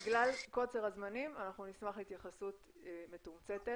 בגלל קוצר הזמנים אנחנו נשמח להתייחסות מתומצתת,